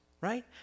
right